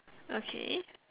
okay